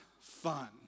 fun